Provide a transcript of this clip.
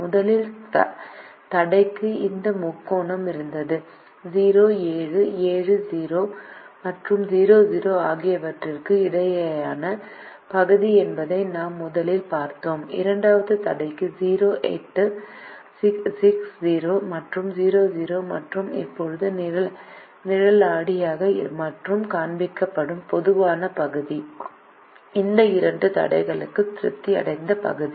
முதல் தடைக்கு இந்த முக்கோணம் இருந்தது 0 7 7 0 மற்றும் 0 0 ஆகியவற்றுக்கு இடையேயான பகுதி என்பதை நாம் முதலில் பார்த்தோம் இரண்டாவது தடைக்கு 0 8 6 0 மற்றும் 0 0 மற்றும் இப்போது நிழலாடிய மற்றும் காண்பிக்கப்படும் பொதுவான பகுதி இந்த இரண்டு தடைகளும் திருப்தி அடைந்த பகுதி